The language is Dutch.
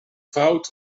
fout